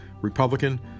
Republican